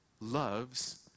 loves